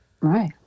right